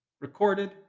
recorded